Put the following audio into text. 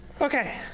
Okay